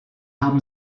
haben